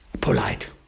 polite